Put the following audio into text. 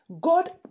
God